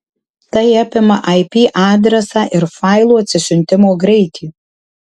tai apima ip adresą ir failų atsisiuntimo greitį